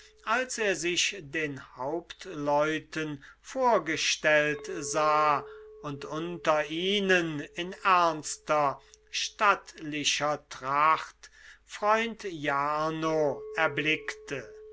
als er sich den hauptleuten vorgestellt sah und unter ihnen in ernster stattlicher tracht freund jarno erblickte